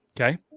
Okay